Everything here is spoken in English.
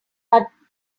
are